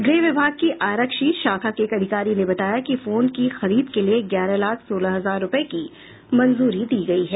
गृह विभाग की आरक्षी शाखा के एक अधिकारी ने बताया कि फोन की खरीद के लिये ग्यारह लाख सोलह हजार रूपये की मंजूरी दी गयी है